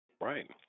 Right